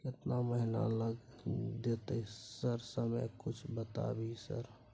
केतना महीना लग देतै सर समय कुछ बता भी सर?